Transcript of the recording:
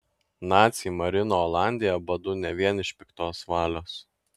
naciai marino olandiją badu ne vien iš piktos valios